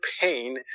pain